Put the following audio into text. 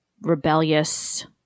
rebellious